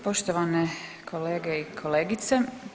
Poštovane kolege i kolegice.